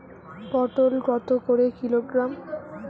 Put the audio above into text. পটল কত করে কিলোগ্রাম?